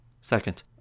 Second